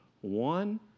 One